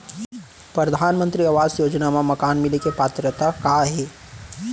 परधानमंतरी आवास योजना मा मकान मिले के पात्रता का हे?